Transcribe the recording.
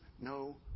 no